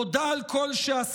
תודה על כל שעשית.